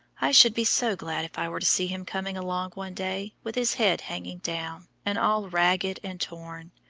i should be so glad if i were to see him coming along one day with his head hanging down, and all ragged and torn.